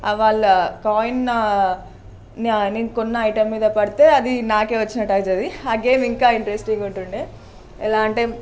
ఆ వాళ్ళ కాయిన్ నేను కొన్న ఐటమ్ మీద పడితే అది నాకువచ్చినట్టు అవుతుంది ఆ గేమ్ ఇంకా ఇంట్రెస్టింగ్గా ఉంటుండే ఎలా అంటే